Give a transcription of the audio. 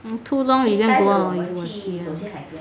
you too long didn't go out